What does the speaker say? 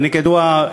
כידוע,